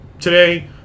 today